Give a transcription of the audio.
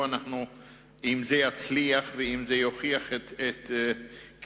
אם זה יצליח ואם זה יוכיח את כדאיותו,